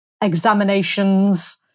examinations